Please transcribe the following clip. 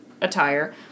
attire